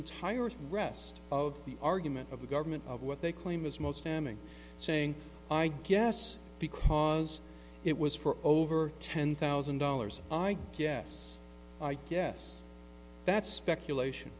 entire rest of the argument of the government of what they claim is most damning saying i guess because it was for over ten thousand dollars i guess i guess that's speculation